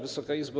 Wysoka Izbo!